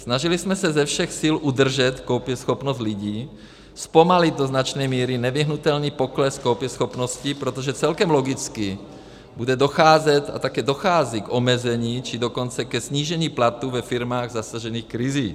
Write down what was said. Snažili jsme se ze všech sil udržet koupěschopnost lidí, zpomalit do značné míry nevyhnutelný pokles koupěschopnosti, protože celkem logicky bude docházet a také dochází k omezení, či dokonce ke snížení platů ve firmách zasažených krizí.